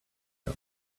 him